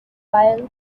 while